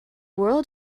world